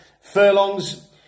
furlongs